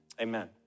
Amen